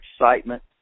excitement